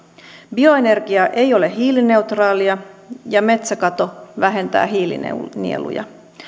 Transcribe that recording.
bioenergia ei ole hiilineutraalia ja metsäkato vähentää hiilinieluja